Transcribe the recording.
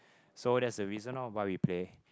so that's the reason loh why we play